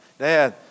Dad